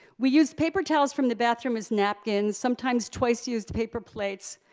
we used paper towels from the bathroom as napkins, sometimes twice-used paper plates,